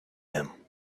him